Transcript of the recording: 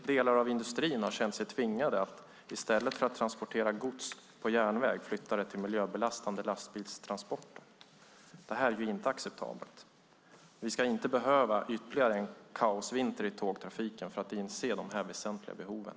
Delar av industrin har känt sig tvingade att i stället för att transportera gods på järnväg flytta över gods till miljöbelastande lastbilstransporter. Detta är inte acceptabelt. Vi ska inte behöva ytterligare en kaosvinter i tågtrafiken för att inse de här väsentliga behoven.